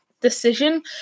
decision